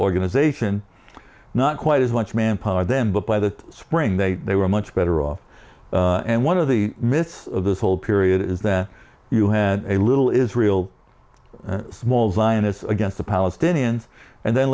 organization not quite as much manpower then but by the spring they they were much better off and one of the myth of this whole period is that you had a little israel or small zionists against the palestinians and then